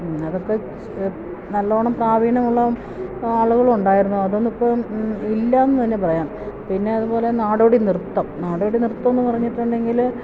അതൊക്കെ നല്ലവണ്ണം പ്രാവീണ്യമുള്ള ആളുകളുണ്ടായിരുന്നു അതൊന്നും ഇപ്പം ഇല്ലെന്ന് തന്നെ പറയാം പിന്നെ അതുപോലെ നാടോടിനൃത്തം നാടോടിനൃത്തമെന്ന് പറഞ്ഞിട്ടുണ്ടെങ്കില്